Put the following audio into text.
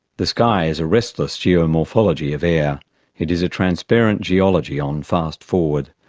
the sky is a restless geomorphology of air it is a transparent geology on fast forward.